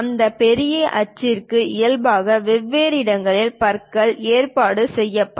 அந்த பெரிய அச்சுக்கு இயல்பான வெவ்வேறு இடங்களில் பற்கள் ஏற்பாடு செய்யப்படும்